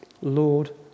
Lord